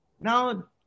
Now